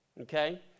Okay